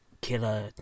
killer